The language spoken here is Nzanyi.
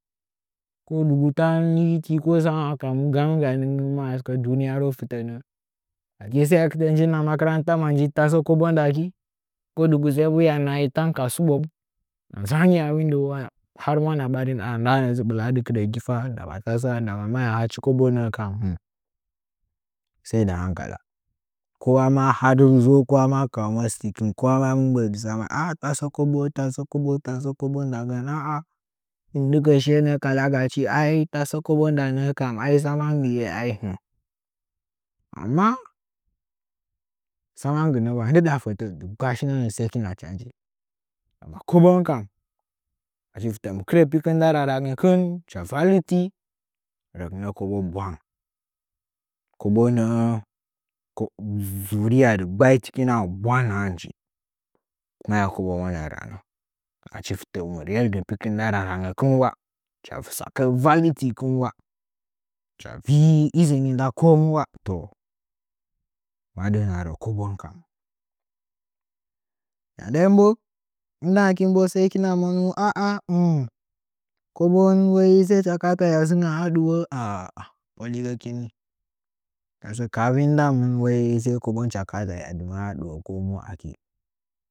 Koduga hinitai titsama a mu ganugamin nggimegaa a sɨke duniyaro fɨtɚ nɚɚ aki saektte nji a makaranta tasɚ kobo ndagi kodugu sai mbu hiya nahai ta ka suio hɨna nzanyi a window wire a mwana ɓilladɨ kɨrɚgi fa ndama tasɚ maya hachi kobo nɚɚ sai dɨ henkala kowama har kowa ma ka ɨmostikɨn kowa ma mɨ mbɚɚ dɨ mɨ tsama tasɚ kobo tasɚ kobo ndagɚn aa him ɗɨkɚ shiyenɚ- ɚ kalagachi aitasɚ kobo nda nɚɚ kam ai tsamagi ye ai amma tsamagɨ nɚwa ai ndɨɗa fɚtɚ dɨggba shinɚnɚɚ sai kin change amma kobon kam achi fɨte mɨ ktrɚ pikɨn nda rarangɚkin hɨcha valleti rɚgɨnɚ kobon bwang kobo nɚɚ ‘’ko suriya diggba’’ tɨkɨna bwa nahachti maya kobou nɚngɚn raa achi fɨtɚ mɨ yerde pikin nda raran gɚkɨn hɨcha tsakɚlɚ vallitikin wa eha vi izini nda komuwa to ma dɚ’ɚ hɨna rɚ kobom ka mandan bo indangɚkin sai kina monu aa kobon wai saicha kata ya dzɨnga a ɗɨwo ah poligɚkin ni tasɚ kaha vinndanmin wai sai kobon ya kaata hɨya dɨmɚɚ a ɗɨwo komu akwe.